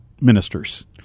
ministers –